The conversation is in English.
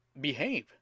behave